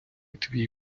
твій